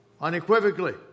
unequivocally